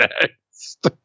next